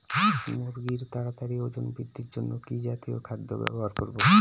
মুরগীর তাড়াতাড়ি ওজন বৃদ্ধির জন্য কি জাতীয় খাদ্য ব্যবহার করব?